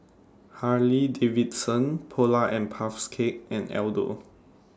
Harley Davidson Polar and Puffs Cakes and Aldo